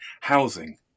housing